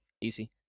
easy